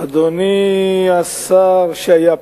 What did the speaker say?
אדוני השר שהיה פה,